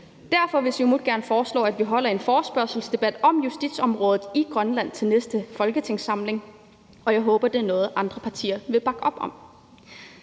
Derfor vil Siumut gerne foreslå, at vi holder en forespørgselsdebat om justitsområdet i Grønland til næste folketingssamling, og jeg håber, det er noget, andre partier vil bakke op om.